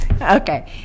Okay